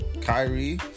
Kyrie